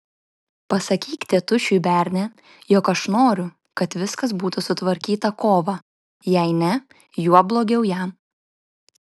pasakyk tėtušiui berne jog aš noriu kad viskas būtų sutvarkyta kovą jei ne juo blogiau jam